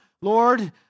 Lord